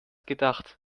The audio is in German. gedacht